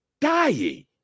dying